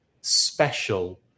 special